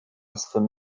swym